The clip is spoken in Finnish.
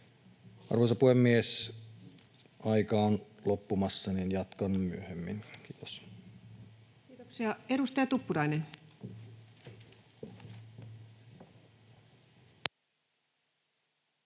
Arvoisa puhemies! Kun aika on loppumassa, niin jatkan myöhemmin. — Kiitos. Kiitoksia. — Edustaja Tuppurainen. Arvoisa